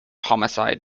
homicide